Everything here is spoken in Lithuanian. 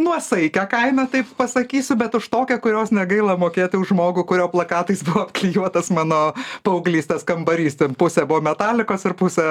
nuosaikią kainą taip pasakysiu bet už tokią kurios negaila mokėti už žmogų kurio plakatais apklijuotas mano paauglystės kambarys ten pusę buvo metalikos ir pusę